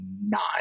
nine